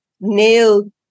nail